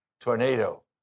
tornado